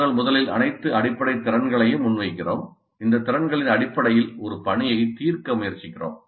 நாங்கள் முதலில் அனைத்து அடிப்படை திறன்களையும் முன்வைக்கிறோம் இந்த திறன்களின் அடிப்படையில் ஒரு பணியைத் தீர்க்க முயற்சிக்கிறோம்